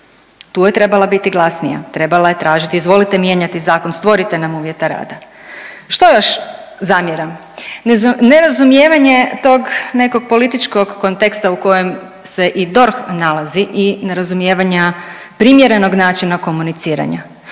tu je trebala biti glasnija, trebala je tražiti „izvolite mijenjati zakon, stvorite nam uvjete rada“. Što još zamjeram? Nerazumijevanje tog nekog političkog konteksta u kojem se i DORH nalazi i nerazumijevanja primjerenog načina komuniciranja.